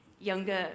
younger